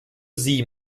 sie